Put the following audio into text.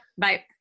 Bye